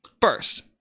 First